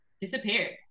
disappeared